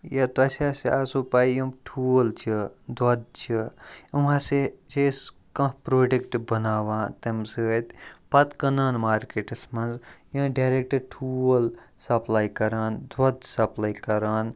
یا تۄہہِ سا ہَسا آسو پاے یِم ٹھوٗل چھِ دۄدھ چھُ یِم ہَسا چھِ أسۍ کانٛہہ پرٛوڈَکٹہٕ بَناوان تَمہِ سۭتۍ پَتہٕ کٕنان مارکیٚٹَس منٛز یا ڈایریٚکٹہٕ ٹھوٗل سَپلاے کَران دۄدھ سَپلاے کَران